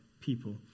people